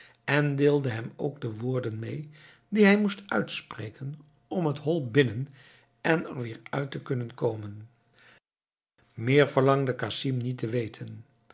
en deelde hem ook de woorden mee die hij moest uitspreken om het hol binnen en er weer uit te kunnen komen meer verlangde casim niet te weten